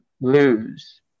lose